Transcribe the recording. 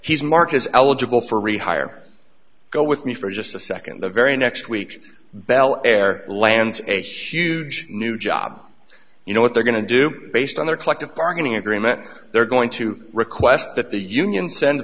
he's mark is eligible for rehire go with me for just a second the very next week bel air lands a huge new job you know what they're going to do based on their collective bargaining agreement they're going to request that the union send